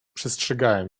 przestrzegałem